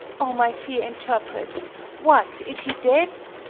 o, my fear interprets what, is he dead?